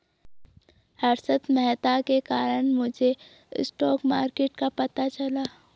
हर्षद मेहता के कारण मुझे स्टॉक मार्केट का पता चला